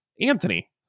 Anthony